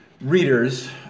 readers